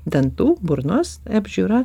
dantų burnos apžiūra